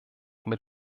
mit